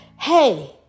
hey